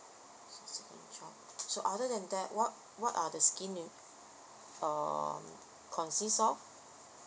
second child so other than that what what are the scheme you err consist of